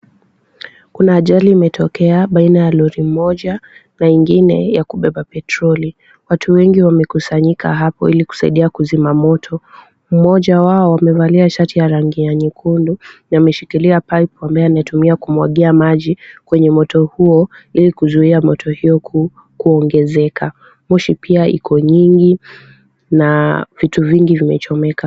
Kuna ajali imetokea baina ya lori moja na ingine ya kubeba petroli. Watu wengi wamekusanyika hapo ili kusaidia kuzima moto. Mmoja wao amevalia shati ya rangi ya nyekundu na ameshikilia pipe ambayo anaitumia kumwagia maji kwenye moto huo ili kuzuia moto hio kuongezeka. Moshi pia iko nyingi na vitu vingi vimechomeka.